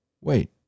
Wait